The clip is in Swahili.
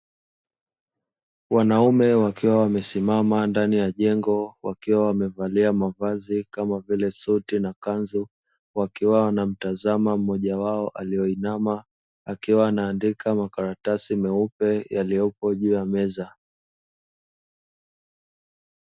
Wanaume wakiwa wamesimama ndani ya jengo, wakiwa wamevalia mavazi kama vile suti na kanzu, wakiwa wanamtazama mmoja wao aliyo inama akiwa anaandika makaratasi meupe yaliyopo juu ya meza.